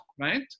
right